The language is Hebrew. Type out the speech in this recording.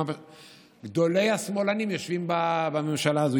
גדולי השמאלנים יושבים בממשלה הזאת,